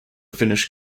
finnish